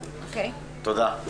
תודה.